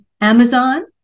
Amazon